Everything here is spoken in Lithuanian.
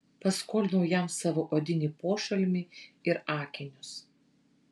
paskolinau jam savo odinį pošalmį ir akinius